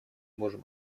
можем